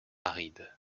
aride